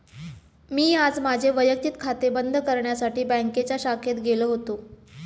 मी आज माझे वैयक्तिक खाते बंद करण्यासाठी बँकेच्या शाखेत गेलो होतो